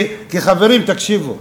כי, חברים, תקשיבו,